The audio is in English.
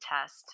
test